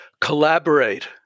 collaborate